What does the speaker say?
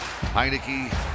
Heineke